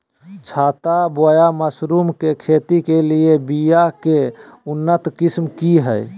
छत्ता बोया मशरूम के खेती के लिए बिया के उन्नत किस्म की हैं?